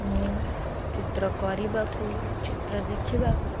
ମୁଁ ଚିତ୍ର କରିବାକୁ ଚିତ୍ର ଦେଖିବାକୁ